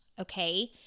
okay